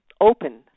open